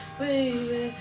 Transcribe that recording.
baby